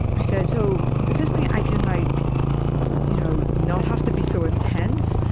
i said, so does this mean i can like you know not have to be so intense?